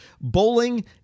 Bowling